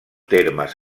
termes